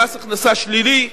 במס הכנסה שלילי,